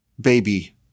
baby